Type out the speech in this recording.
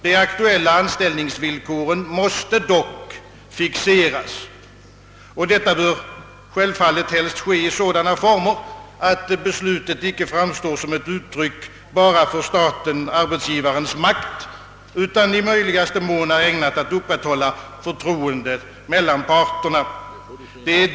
De aktuella anställningsvillkoren måste dock fixeras, och det bör självfallet helst ske i sådana former, att ett beslut inte framstår bara som ett uttryck för statens—arbetsgivarens makt utan i möjligaste mån är ägnat att upprätthålla förtroendet mellan parterna.